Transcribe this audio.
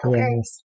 Yes